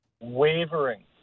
Wavering